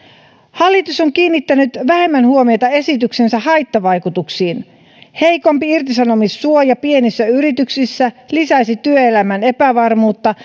hallitus on kiinnittänyt vähemmän huomiota esityksensä haittavaikutuksiin heikompi irtisanomissuoja pienissä yrityksissä lisäisi työelämän epävarmuutta